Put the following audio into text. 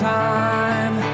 time